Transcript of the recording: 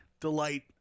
delight